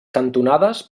cantonades